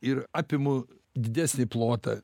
ir apimu didesnį plotą